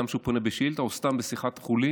גם כשהוא פונה בשאילתה או סתם בשיחת חולין.